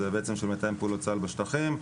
זה בעצם של מתאם פעולות צה"ל בשטחים,